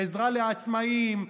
עזרה לעצמאים,